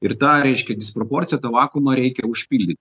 ir tą reiškia disproporciją tą vakumą reikia užpildyti